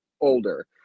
older